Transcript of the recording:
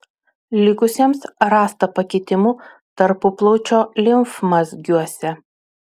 likusiems rasta pakitimų tarpuplaučio limfmazgiuose